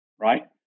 right